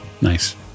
Nice